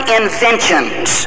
inventions